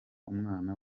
umwana